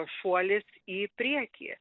šuolis į priekį